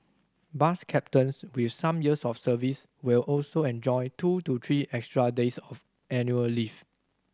bus captains with some years of service will also enjoy two to three extra days of annual leave